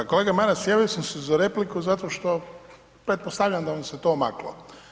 Pa kolega Maras, javio sam se za repliku zato što pretpostavljam da vam se to omaklo.